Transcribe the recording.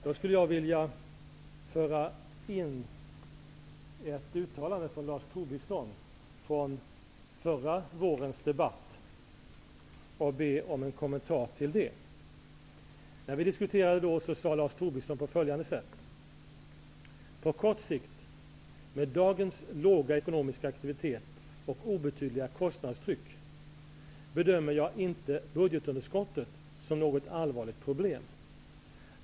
Jag skulle vilja ta med ett uttalande av Lars Tobisson från förra vårens debatt och be om en kommentar. Lars Tobisson sade att han på kort sikt, med den då låga ekonomiska aktiviteten och det obetydliga kostnadstrycket, inte bedömde budgetunderskottet som något allvarligt problem.